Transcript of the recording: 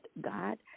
God